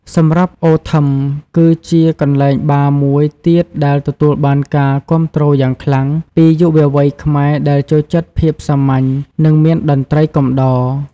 សម្រាប់ អូ ថឹម គឺជាកន្លែងបារមួយទៀតដែលទទួលបានការគាំទ្រយ៉ាងខ្លាំងពីយុវវ័យខ្មែរដែលចូលចិត្តភាពសាមញ្ញ និងមានតន្ត្រីកំដរ។